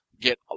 get